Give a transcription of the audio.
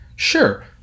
Sure